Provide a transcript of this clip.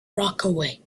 rockaway